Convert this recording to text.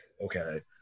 okay